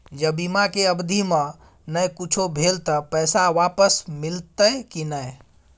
ज बीमा के अवधि म नय कुछो भेल त पैसा वापस मिलते की नय?